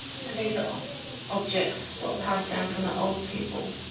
so these are objects what. passed down from the old people?